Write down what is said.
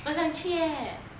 我想去 eh